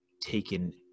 taken